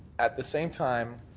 at the same time